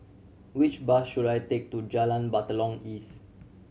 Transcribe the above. which bus should I take to Jalan Batalong East